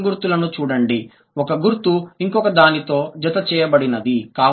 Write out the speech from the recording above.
బాణం గుర్తులను చూడండి ఒక గుర్తు ఇంకొకదాని తో జత చేయబడినది